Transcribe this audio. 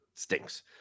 Stinks